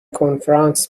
کنفرانس